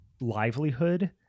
livelihood